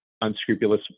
unscrupulous